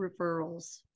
referrals